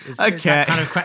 Okay